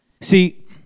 See